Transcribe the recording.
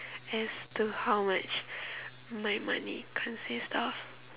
as to how much my money consist of